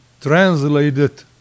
translated